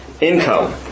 income